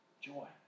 joy